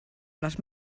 les